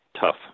tough